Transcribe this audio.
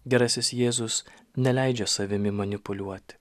gerasis jėzus neleidžia savimi manipuliuoti